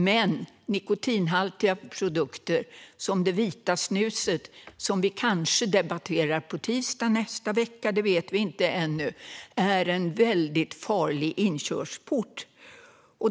Men andra nikotinhaltiga produkter, som det vita snuset - vilket vi kanske debatterar på tisdag nästa vecka; det vet vi inte ännu - är en väldigt farlig inkörsport.